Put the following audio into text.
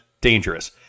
dangerous